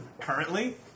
Currently